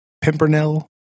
Pimpernel